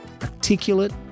articulate